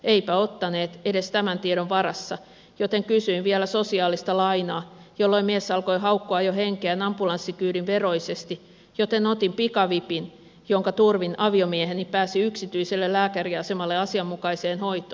eipä ottaneet edes tämän tiedon varassa joten kysyin vielä sosiaalista lainaa jolloin mies alkoi haukkoa jo henkeään ambulanssikyydin veroisesti joten otin pikavipin jonka turvin aviomieheni pääsi yksityiselle lääkäriasemalle asianmukaiseen hoitoon